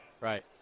Right